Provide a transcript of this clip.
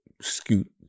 scoot